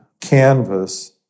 canvas